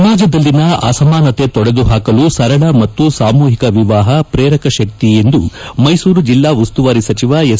ಸಮಾಜದಲ್ಲಿನ ಅಸಮಾನತೆ ತೊಡೆದು ಹಾಕಲು ಸರಳ ಮತ್ತು ಸಾಮೂಹಿಕ ವಿವಾಹ ಪ್ರೇರಕ ಶಕ್ತಿ ಎಂದು ಮೈಸೂರು ಜಿಲ್ಡಾ ಉಸ್ತುವಾರಿ ಸಚಿವ ಎಸ್